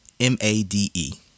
m-a-d-e